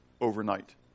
overnight